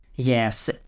Yes